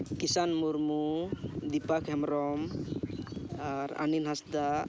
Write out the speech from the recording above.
ᱠᱤᱥᱟᱱ ᱢᱩᱨᱢᱩ ᱫᱤᱯᱟᱠ ᱦᱮᱢᱵᱨᱚᱢ ᱟᱨ ᱟᱱᱤᱞ ᱦᱟᱸᱥᱫᱟ